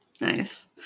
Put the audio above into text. Nice